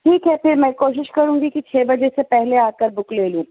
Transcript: ٹھیک ہے پھر میں کوشش کروں گی کہ چھ بجے سے پہلے آ کر بک لے لوں